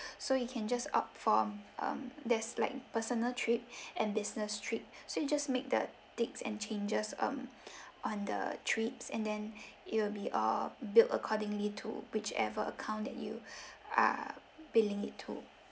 so you can just opt from um there's like personal trip and business trip so you just make the ticks and changes um on the trips and then it'll be all billed accordingly to whichever account that you are billing it to